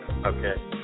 Okay